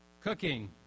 Cooking